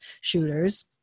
shooters